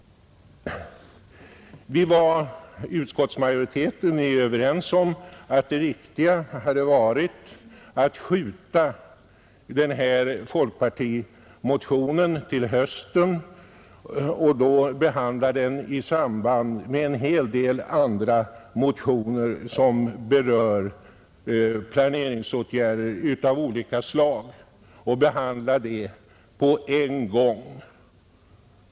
Utskottsmajoriteten är överens om att det hade varit riktigare att skjuta upp behandlingen av folkpartimotionen till hösten och då behandla den i samband med en hel del andra motioner som berör planeringsåtgärder av olika slag.